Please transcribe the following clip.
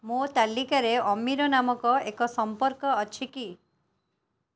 ମୋ ତାଲିକାରେ ଅମିର ନାମକ ଏକ ସମ୍ପର୍କ ଅଛି କି